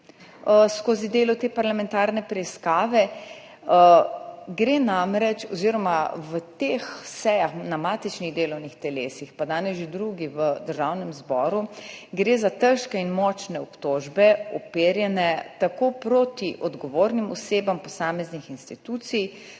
skozi delo te parlamentarne preiskave. V teh sejah na matičnih delovnih telesih in danes že drugi v Državnem zboru gre namreč za težke in močne obtožbe, uperjene tako proti odgovornim osebam posameznih institucij